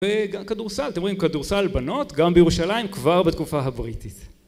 וגם כדורסל, אתם רואים כדורסל בנות, גם בירושלים, כבר בתקופה הבריטית